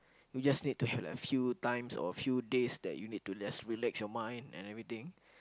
you just need to have like a few times or a few days that you need to just relax your mind and everything